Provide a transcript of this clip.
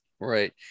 right